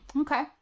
Okay